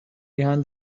behind